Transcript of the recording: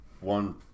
one